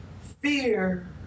Fear